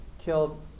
killed